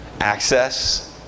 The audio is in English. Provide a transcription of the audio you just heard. access